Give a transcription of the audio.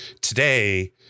Today